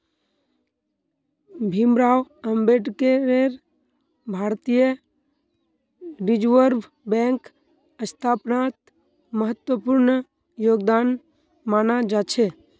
भीमराव अम्बेडकरेर भारतीय रिजर्ब बैंकेर स्थापनात महत्वपूर्ण योगदान माना जा छे